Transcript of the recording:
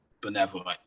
benevolent